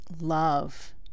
love